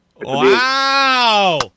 Wow